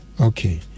Okay